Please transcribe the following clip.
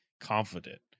confident